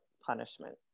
punishment